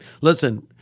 Listen